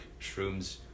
Shrooms